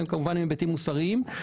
היבטים מוסריים.